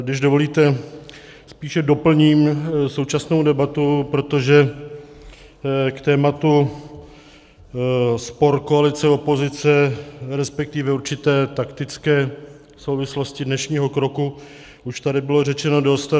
Když dovolíte, spíše doplním současnou debatu, protože k tématu spor koalice opozice, resp. určité taktické souvislosti dnešního kroku už tady bylo řečeno dost.